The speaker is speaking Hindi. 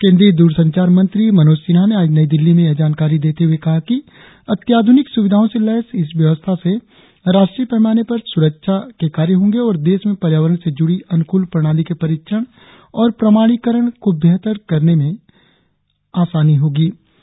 केंद्रीय दूरसंसार मंत्री मनोज सिन्हा ने आज नई दिल्ली में यह जानकारी देते हुए कहा कि अत्याधुनिक सुविधाओं से लैस इस व्यवस्था से राष्ट्रीय पैमाने पर सुरक्षा के कार्य होंगे और देश में पर्यावरण से जुड़ी अनुकूल प्रणाली के परीक्षण और प्रमाणीकरण को बेहतार करने के कार्य भी आसान होंगे